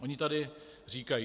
Oni tady říkají: